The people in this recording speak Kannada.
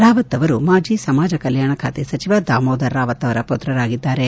ರಾವತ್ ಅವರು ಮಾಜಿ ಸಮಾಜ ಕಲ್ಲಾಣ ಖಾತೆ ಸಚಿವ ದಾಮೋಧರ್ ರಾವತ್ ಅವರ ಪುತ್ರನಾಗಿದ್ದಾನೆ